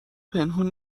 پنهون